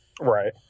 right